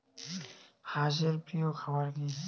হাঁস এর প্রিয় খাবার কি?